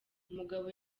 umugabo